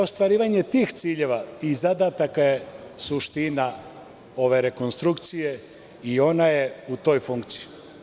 Ostvarivanje tih ciljeva i zadataka je suština ove rekonstrukcije i ona je u toj funkciji.